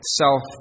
self